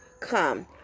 come